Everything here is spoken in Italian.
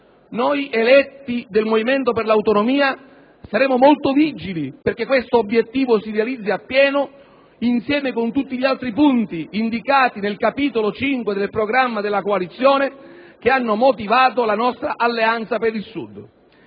Noi eletti del Movimento per l'Autonomia saremo molto vigili perché questo obiettivo si realizzi in pieno insieme con tutti gli altri punti indicati nel capitolo 5 del programma della coalizione, che hanno motivato la nostra Alleanza per il Sud.